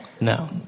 No